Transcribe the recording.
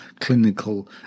clinical